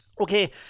okay